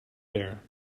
there